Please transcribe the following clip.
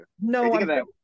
no